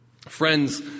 Friends